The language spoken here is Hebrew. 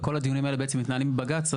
וכל הדיונים האלה מתנהלים בבג"ץ,